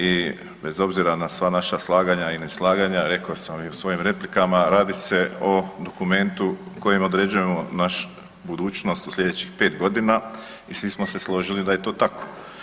I bez obzira na sva naša slaganja i neslaganja rekao sam i u svojim replikama radi se o dokumentu kojim određujemo našu budućnost u slijedećih 5 godina i svi smo se složili da je to tako.